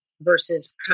versus